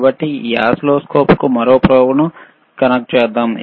కాబట్టి ఈ ఓసిల్లోస్కోప్కు మరో ప్రోబ్ను కనెక్ట్ చేద్దాం